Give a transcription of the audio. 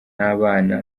n’abana